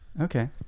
Okay